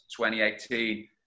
2018